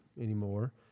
anymore